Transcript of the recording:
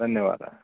धन्यवादः